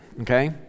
Okay